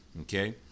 Okay